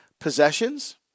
possessions